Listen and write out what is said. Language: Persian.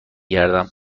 گردم